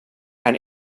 and